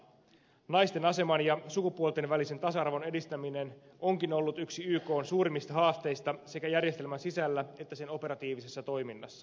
naisten aseman ja sukupuolten välisen tasa arvon edistäminen onkin ollut yksi ykn suurimmista haasteista sekä järjestelmän sisällä että sen operatiivisessa toiminnassa